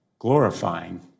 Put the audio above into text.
Glorifying